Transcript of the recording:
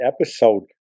episode